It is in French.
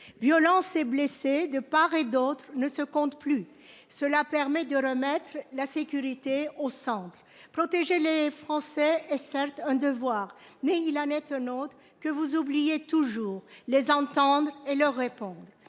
Violences et blessés de part et d'autre ne se comptent plus. Cela permet de remettre la sécurité au centre, protéger les Français et certes un devoir n'il en est autre que vous oubliez toujours les entendent et leur répondent.